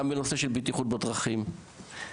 אלא גם בנושא של בטיחות בדרכים וכד'.